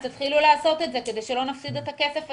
תתחילו לעשות את זה כדי שלא נפסיד את הכסף הזה.